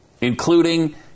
including